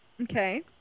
Okay